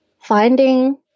finding